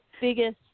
biggest